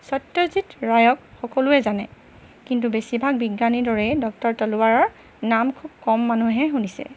সত্যজিত ৰায়ক সকলোৱে জানে কিন্তু বেছিভাগ বিজ্ঞানীৰ দৰেই ডক্টৰ তলৱাৰৰ নাম খুব কম মানুহে শুনিছে